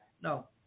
No